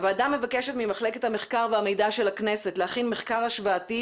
הוועדה מבקשת ממחלקת המחקר והמידע של הכנסת להכין מחקר השוואתי